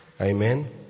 Amen